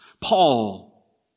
Paul